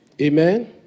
Amen